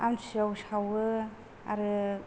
आमथि सुवायाव सावो आरो